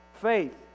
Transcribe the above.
Faith